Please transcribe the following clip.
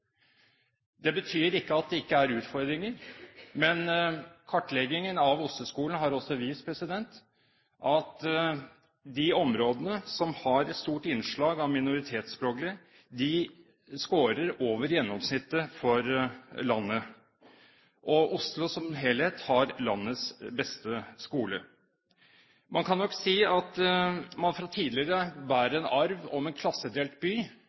Det betyr ikke at det ikke er utfordringer, men kartleggingen av Oslo-skolen har også vist at de områdene som har et stort innslag av minoritetsspråklige, scorer over gjennomsnittet for landet. Oslo som helhet har landets beste skole. Man kan nok si at man fra tidligere bærer en arv om en klassedelt by.